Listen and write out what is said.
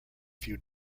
few